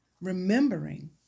remembering